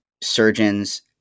surgeons